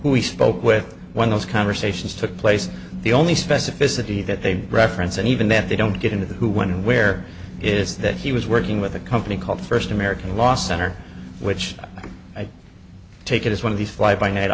we spoke with one of those conversations took place the only specificity that they reference and even that they don't get into the who when where is that he was working with a company called first american law center which i take it is one of these fly by night